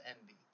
envy